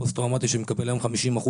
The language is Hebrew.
פוסט טראומטי שמקבל היום 50%,